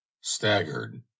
staggered